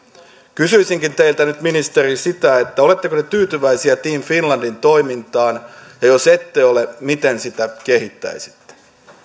kysyisinkin teiltä nyt ministeri sitä oletteko te tyytyväisiä team finlandin toimintaan ja jos ette ole miten sitä kehittäisitte